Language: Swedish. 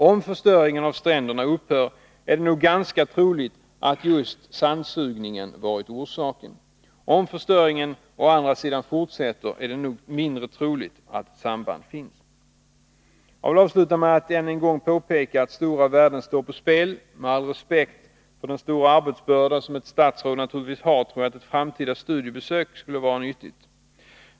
Om förstöringen av stränderna upphör är det nog ganska troligt att just sandsugningen varit orsaken. Om förstöringen å andra sidan fortsätter är det nog mindre troligt att ett samband finns. Jag vill avsluta med att än en gång påpeka att stora värden står på spel. Med all respekt för den stora arbetsbörda som ett statsråd naturligtvis har tror jag att ett framtida studiebesök skulle vara nyttigt.